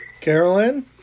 Carolyn